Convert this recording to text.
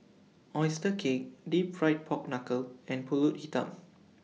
Oyster Cake Deep Fried Pork Knuckle and Pulut Hitam